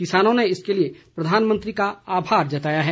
किसानों ने इसके लिए प्रधानमंत्री का आभार जताया है